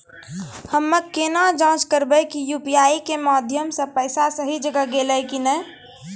हम्मय केना जाँच करबै की यु.पी.आई के माध्यम से पैसा सही जगह गेलै की नैय?